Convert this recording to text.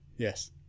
Yes